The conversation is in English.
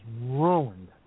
ruined